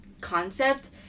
concept